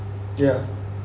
ya